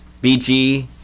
BG